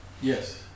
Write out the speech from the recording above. Yes